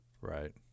right